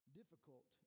difficult